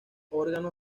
órgano